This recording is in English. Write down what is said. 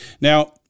Now